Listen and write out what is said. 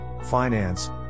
finance